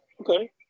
Okay